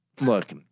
Look